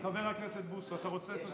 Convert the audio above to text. חבר הכנסת בוסו, אתה רוצה את הספר?